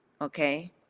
okay